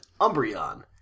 umbreon